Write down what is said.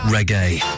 Reggae